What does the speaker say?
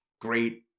great